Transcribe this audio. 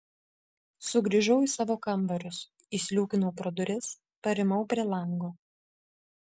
sugrįžau į savo kambarius įsliūkinau pro duris parimau prie lango